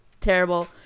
terrible